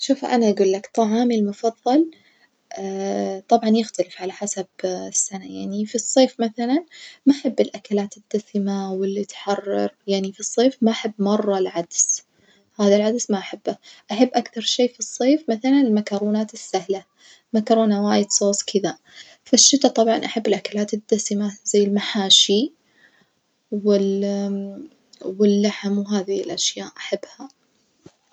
شوف أنا أجولك طعامي المفظل طبعًا يختلف على حسب السنة، يعني في الصيف مثلًا ما أحب الأكلات الدسمة واللي تحرر يعني في الصيف ما أحب مرة العدس هذا العدس ما أحبه، أحب أكثر شي في الصيف مثلًا المكرونات السهلة ممكرونة وايت صوص كدة، في الشتا طبعًا أحب الأكلات الدسمة زي المحاشي وال واللحم وهذي الأشياء أحبها.